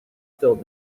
still